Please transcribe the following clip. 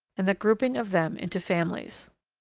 and the grouping of them into families.